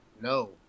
No